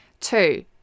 Two